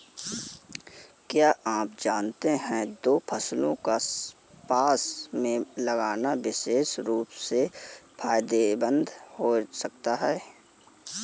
क्या आप जानते है दो फसलों को पास में लगाना विशेष रूप से फायदेमंद हो सकता है?